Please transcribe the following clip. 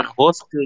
host